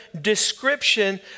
description